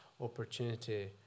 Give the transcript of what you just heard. opportunity